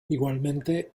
igualmente